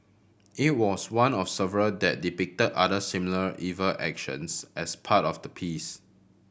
it was one of several that depicted other similarly evil actions as part of the piece